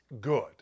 good